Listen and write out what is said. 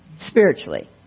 spiritually